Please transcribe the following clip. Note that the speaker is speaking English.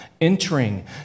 Entering